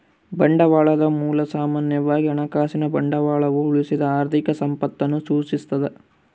ಬಂಡವಾಳದ ಮೂಲ ಸಾಮಾನ್ಯವಾಗಿ ಹಣಕಾಸಿನ ಬಂಡವಾಳವು ಉಳಿಸಿದ ಆರ್ಥಿಕ ಸಂಪತ್ತನ್ನು ಸೂಚಿಸ್ತದ